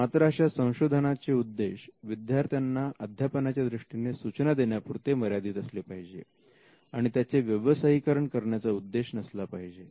मात्र अशा संशोधनाचे उद्देश विद्यार्थ्यांना अध्यापनाच्या दृष्टीने सूचना देण्यापुरता मर्यादित असले पाहिजे आणि त्याचे व्यवसायीकरण करण्याचा उद्देश नसला पाहिजे